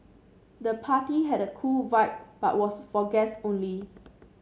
the party had a cool vibe but was for guests only